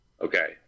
Okay